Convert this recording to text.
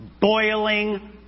boiling